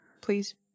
please